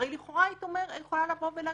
הרי לכאורה היית יכולה לבוא ולהגיד: